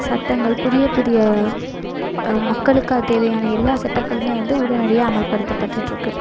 சட்டங்கள் புதிய புதிய மக்களுக்கு அது தேவையான எல்லா சட்டங்களும் வந்து உடனடியாக அமல்படுத்தப்பட்டுகிட்டுருக்கு